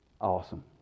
awesome